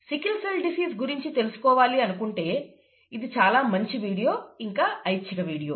sickle cell disease గురించి తెలుసుకోవాలి అనుకుంటే ఇది చాలా మంచి వీడియో ఇంకా ఐచ్ఛిక వీడియో